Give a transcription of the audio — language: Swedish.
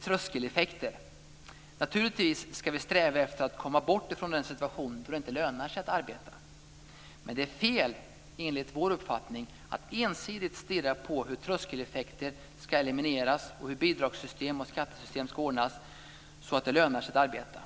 tröskeleffekter. Vi ska naturligtvis sträva efter att komma bort från en situation där det inte lönar sig att arbeta. Men enligt vår uppfattning är det fel att ensidigt stirra på hur tröskeleffekter ska elimineras och hur bidragssystem och skattesystem ska ordnas så att det lönar sig att arbeta.